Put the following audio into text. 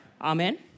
Amen